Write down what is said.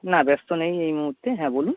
না ব্যস্ত নেই এই মুহুর্তে হ্যাঁ বলুন